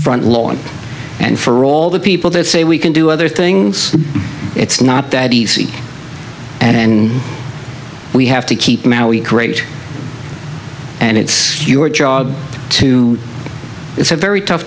front lawn and for all the people that say we can do other things it's not that easy and we have to keep and it's your job too it's a very tough